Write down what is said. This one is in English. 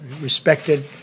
respected